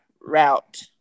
route